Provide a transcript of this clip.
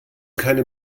keine